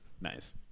nice